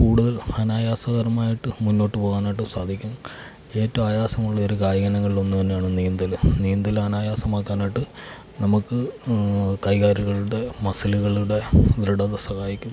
കൂടുതൽ അനായാസപരമായിട്ട് മുന്നോട്ട് പോകാനായിട്ട് സാധിക്കും ഏറ്റവും ആയാസമുള്ള ഒരു കായിക ഇനങ്ങളിലൊന്ന് തന്നെയാണ് നീന്തല് നീന്തല് അനായാസമാക്കാനായിട്ട് നമുക്ക് കൈകാലുകളുടെ മസിലുകളുടെ ദൃഢത സഹായിക്കും